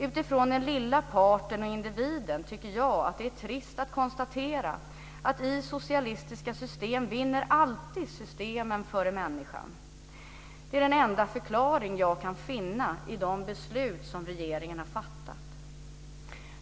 Utifrån den lilla parten och individen tycker jag att det är trist att konstatera att i socialistiska system så vinner alltid systemen över människan. Det är den enda förklaring som jag kan finna i de beslut som regeringen har fattat.